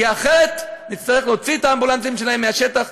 כי אחרת נצטרך להוציא את האמבולנסים שלהם מהשטח,